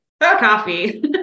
coffee